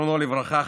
זכרונו לברכה,